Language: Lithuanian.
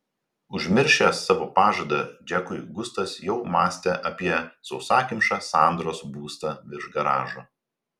užmiršęs savo pažadą džekui gustas jau mąstė apie sausakimšą sandros būstą virš garažo